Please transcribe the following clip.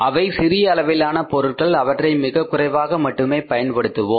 அவை சிறிய அளவிலான பொருட்கள் அவற்றை மிகக்குறைவாக மட்டுமே பயன்படுத்துவோம்